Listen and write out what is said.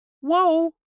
Whoa